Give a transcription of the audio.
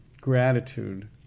gratitude